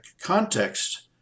context